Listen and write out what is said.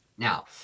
Now